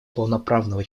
полноправного